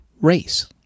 race